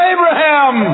Abraham